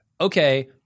okay